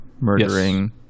murdering